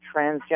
transgender